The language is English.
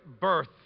birth